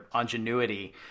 ingenuity